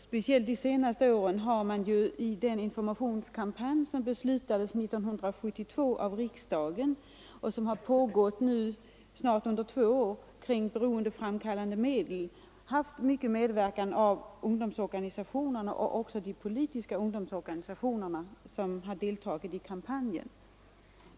Speciellt de senaste åren har man i den informationskampanj kring beroendeframkallande medel som beslutades av riksdagen 1972 och som pågått under nu snart två år haft mycken medverkan av ungdomsorganisationerna, också de politiska ungdomsorganisationerna har deltagit i kampanjen.